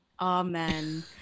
Amen